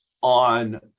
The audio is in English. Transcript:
on